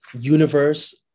universe